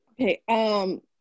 Okay